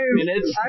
minutes